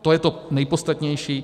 To je to nejpodstatnější.